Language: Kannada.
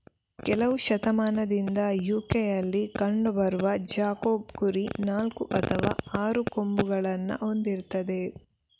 ಕೆಲವು ಶತಮಾನದಿಂದ ಯು.ಕೆಯಲ್ಲಿ ಕಂಡು ಬರುವ ಜಾಕೋಬ್ ಕುರಿ ನಾಲ್ಕು ಅಥವಾ ಆರು ಕೊಂಬುಗಳನ್ನ ಹೊಂದಿರ್ತದೆ